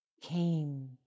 came